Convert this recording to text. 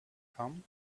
come